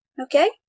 Okay